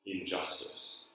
injustice